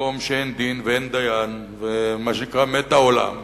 במקום שאין דין ואין דיין ומה שנקרא "מת העולם",